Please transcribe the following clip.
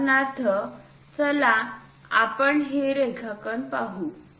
उदाहरणार्थ चला आपण हे रेखांकन पाहू